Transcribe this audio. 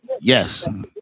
Yes